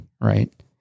Right